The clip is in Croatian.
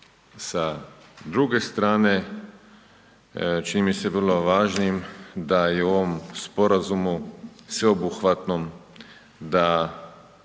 sa druge strane. Čini mi se vrlo važnim da je u ovom sporazumu sveobuhvatnom da